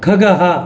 खगः